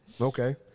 Okay